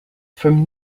from